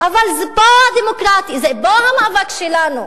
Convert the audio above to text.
אבל פה הדמוקרטיה, פה המאבק שלנו.